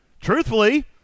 truthfully